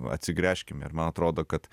atsigręžkim ir man atrodo kad